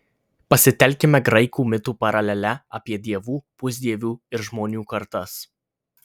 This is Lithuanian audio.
pasitelkime graikų mitų paralelę apie dievų pusdievių ir žmonių kartas